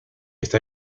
está